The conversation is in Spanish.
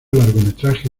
largometraje